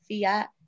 Fiat